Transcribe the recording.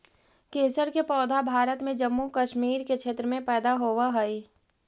केसर के पौधा भारत में जम्मू कश्मीर के क्षेत्र में पैदा होवऽ हई